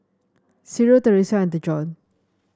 Cyril Theresia and Dejon